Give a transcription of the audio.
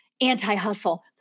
anti-hustle